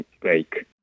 break